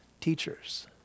teachers